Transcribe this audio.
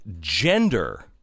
gender